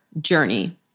journey